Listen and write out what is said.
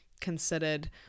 considered